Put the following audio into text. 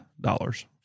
dollars